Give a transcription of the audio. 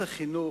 החינוך,